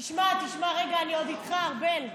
תשמע, תשמע, רגע, אני עוד איתך, ארבל.